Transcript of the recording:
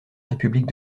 république